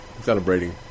Celebrating